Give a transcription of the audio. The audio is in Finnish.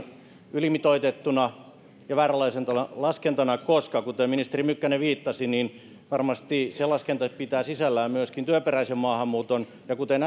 ylimitoitettuna ja vääränlaisena laskentana koska kuten ministeri mykkänen viittasi varmasti se laskenta pitää sisällään myöskin työperäisen maahanmuuton ja kuten